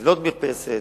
לבנות מרפסת,